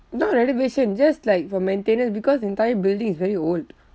not renovation just like for maintenance because the entire building is very old